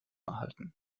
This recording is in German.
erhalten